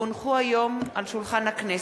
כי הונחו היום על שולחן הכנסת,